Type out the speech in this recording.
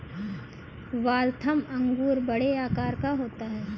Waltham अंगूर बड़े आकार का होता है